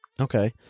Okay